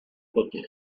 côté